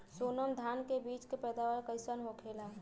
सोनम धान के बिज के पैदावार कइसन होखेला?